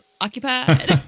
occupied